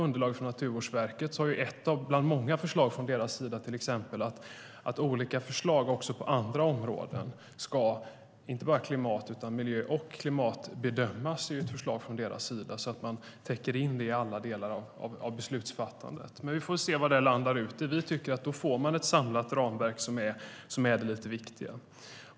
I Naturvårdsverkets underlag är ett bland många förslag från deras sida till exempel att olika förslag på alla områden ska inte bara klimatbedömas utan klimat och miljöbedömas. Det är ett förslag som sagt från deras sida. Man täcker in det i alla delar av beslutsfattande. Vi får se var det landar, men vi tycker att man då får ett samlat ramverk, som är det viktiga.